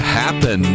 happen